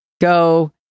go